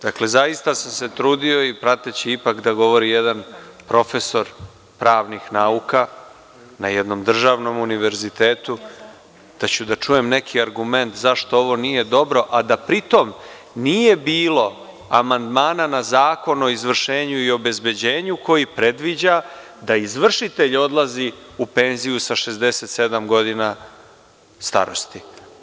Dakle, zaista sam se trudio i prateći ipak da govori jedan profesor pravnih nauka, na jednom državnom univerzitetu, da ću da čujem neki argument zašto ovo nije dobro, a da pri tom nije bilo amandmana na Zakon o izvršenju i obezbeđenju koji predviđa da izvršitelj odlazi u penziju sa 67 godina starosti.